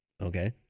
Okay